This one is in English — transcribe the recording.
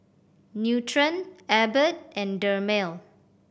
Nutren Abbott and Dermale